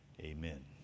Amen